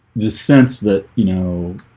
the sense that you know